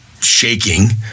shaking